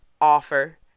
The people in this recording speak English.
offer